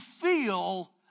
feel